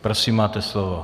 Prosím, máte slovo.